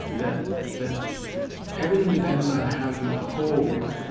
that that everything depends on how you hold